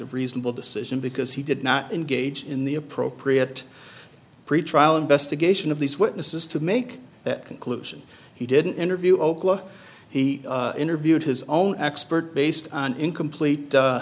objective reasonable decision because he did not engage in the appropriate pretrial investigation of these witnesses to make that conclusion he didn't interview oakleigh he interviewed his own expert based on incomplete